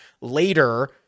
later